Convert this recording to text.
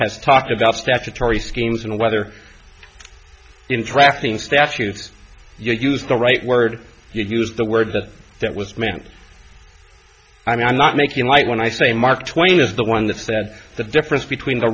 has talked about statutory schemes and whether interacting statues use the right word to use the words that was meant i mean i'm not making light when i say mark twain is the one that said the difference between the